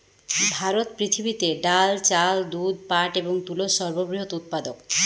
ভারত পৃথিবীতে ডাল, চাল, দুধ, পাট এবং তুলোর সর্ববৃহৎ উৎপাদক